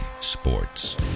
sports